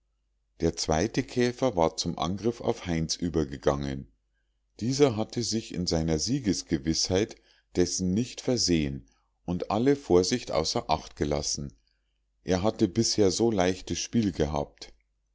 der zweite käfer war zum angriff auf heinz übergegangen dieser hatte sich in seiner siegesgewißheit dessen nicht versehen und alle vorsicht außer acht gelassen er hatte bisher so leichtes spiel gehabt